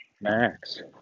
Max